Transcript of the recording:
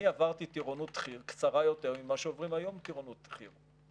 אני עברתי טירונות חי"ר קצרה יותר ממה שעוברים היום בטירונות חי"ר,